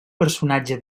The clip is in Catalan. personatge